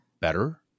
better